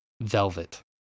velvet